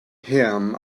him